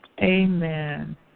Amen